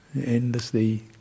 endlessly